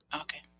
Okay